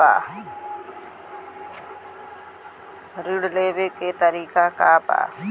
ऋण लेवे के तरीका का बा?